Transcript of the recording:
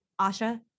Asha